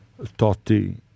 Totti